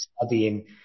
studying